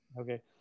Okay